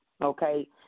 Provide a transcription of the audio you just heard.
Okay